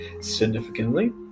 significantly